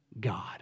God